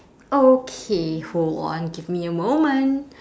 okay hold on give me a moment